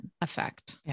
effect